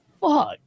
fuck